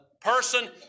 person